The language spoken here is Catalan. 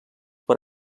per